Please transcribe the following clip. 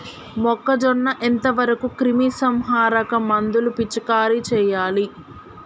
మొక్కజొన్న ఎంత వరకు క్రిమిసంహారక మందులు పిచికారీ చేయాలి?